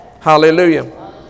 Hallelujah